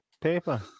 paper